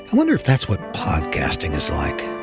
wonder if that's what podcasting is like.